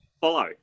follow